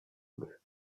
bleu